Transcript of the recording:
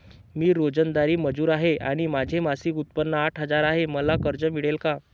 मी रोजंदारी मजूर आहे आणि माझे मासिक उत्त्पन्न आठ हजार आहे, मला कर्ज मिळेल का?